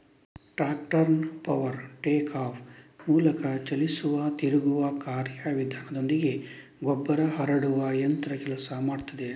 ಟ್ರಾಕ್ಟರ್ನ power take off ಮೂಲಕ ಚಲಿಸುವ ತಿರುಗುವ ಕಾರ್ಯ ವಿಧಾನದೊಂದಿಗೆ ಗೊಬ್ಬರ ಹರಡುವ ಯಂತ್ರ ಕೆಲಸ ಮಾಡ್ತದೆ